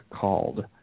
called